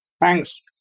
Thanks